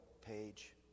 page